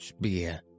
beer